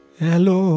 hello